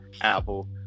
Apple